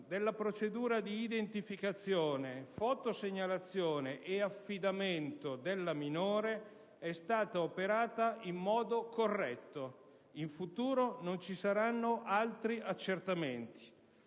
della procedura di identificazione, fotosegnalazione e affidamento della minore è stata operata in modo corretto. In futuro non ci saranno altri accertamenti.